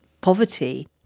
poverty